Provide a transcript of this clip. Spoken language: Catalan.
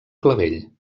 clavell